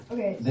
Okay